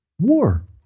war